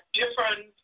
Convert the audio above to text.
different